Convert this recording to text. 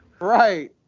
Right